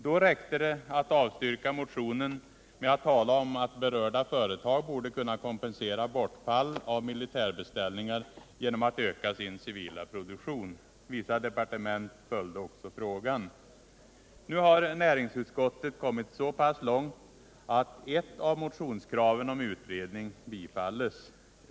Då räckte det att avstyrka motionen med att tala om att berörda företag borde kunna kompensera bortfall av militärbeställningar genom att öka sin civila produktion. Vissa departement följde också frågan. Nu har näringsutskottet kommit så pass långt att ett av motionskraven om utredning tillstyrks.